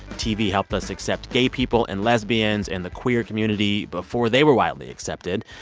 tv helped us except gay people and lesbians and the queer community before they were widely accepted.